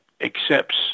accepts